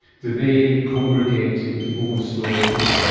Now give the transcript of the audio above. do they congregate in people with slower gait?